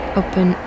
open